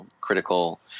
critical